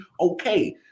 Okay